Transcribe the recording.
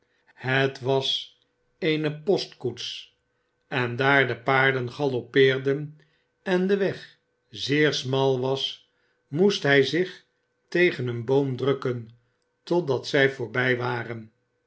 het was eene postkoets en daar de paarden galoppeerden en de weg zeer smal was moest hij zich tegen een boom drukken totdat zij voorbij waren